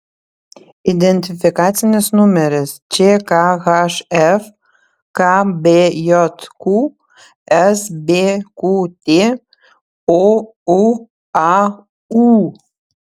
identifikacinis numeris čkhf kbjq sbqt ouaū